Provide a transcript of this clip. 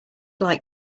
like